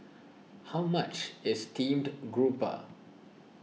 how much is Steamed Grouper